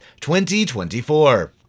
2024